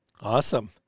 awesome